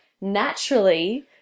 naturally